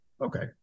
okay